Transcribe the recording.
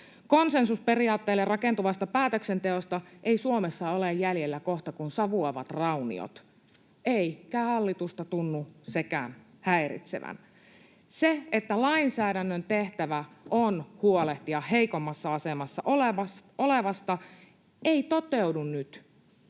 Konsensusperiaatteille rakentuvasta päätöksenteosta ei Suomessa ole jäljellä kohta kuin savuavat rauniot, eikä hallitusta tunnu sekään häiritsevän. Se, että lainsäädännön tehtävä on huolehtia heikommassa asemassa olevasta, ei toteudu nyt.